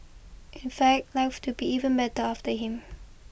in fact life to be even better after him